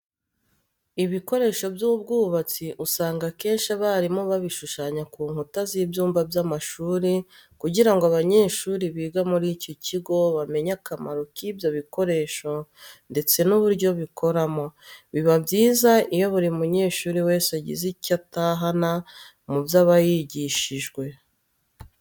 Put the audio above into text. Ibikoresho by'ubwubatsi usanga akenshi abarimu babishushanya ku nkuta z'ibyumba by'amashuri kugira ngo abanyeshuri biga muri icyo kigo bamenye akamaro k'ibyo bikoresho ndetse n'uburyo bikoramo. Biba byiza iyo buri munyeshuri wese agize icyo atahana mu byo aba yigishijwe.